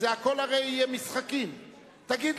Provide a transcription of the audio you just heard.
הרי זה הכול משחקים.